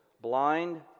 blind